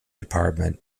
department